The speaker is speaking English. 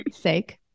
sake